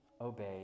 obey